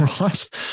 right